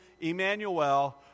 Emmanuel